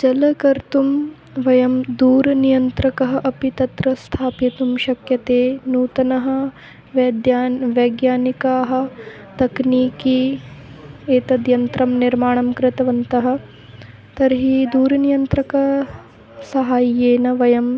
जलं कर्तुं वयं दूरनियन्त्रकः अपि तत्र स्थापितुं शक्यते नूतनः वैद्यान् वैज्ञानिकाः तक्नीकि एतद् यन्त्रं निर्माणं कृतवन्तः तर्हि दूरनियन्त्रकसहायेन वयं